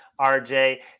RJ